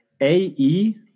A-E